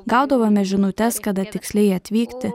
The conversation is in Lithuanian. gaudavome žinutes kada tiksliai atvykti